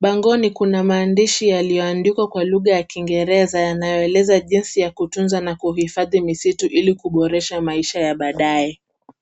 Bangoni kuna maandishi yaliyoandikwa kwa lugha ya kiingereza yanayoeleza jinsi ya kutunza na kuhifadhi misitu ili kuboresha maisha ya baadaye.